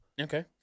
Okay